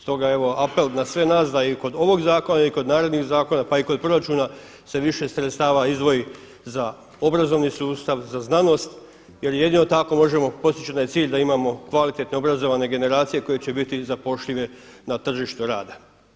Stoga evo apel na sve nas da i kod ovog zakona i kod narednih zakona, pa i kod proračuna se više sredstava izdvoji za obrazovni sustav, za znanost jer jedino tako možemo postići onaj cilj da imamo kvalitetne obrazovane generacije koje će biti zapošljive na tržištu rada.